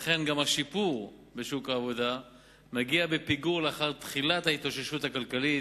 לכן גם השיפור בשוק העבודה מגיע בפיגור לאחר תחילת ההתאוששות הכלכלית,